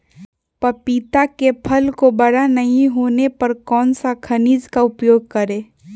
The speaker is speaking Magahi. पपीता के फल को बड़ा नहीं होने पर कौन सा खनिज का उपयोग करें?